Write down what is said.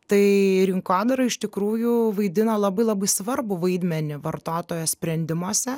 tai rinkodara iš tikrųjų vaidina labai labai svarbų vaidmenį vartotojo sprendimuose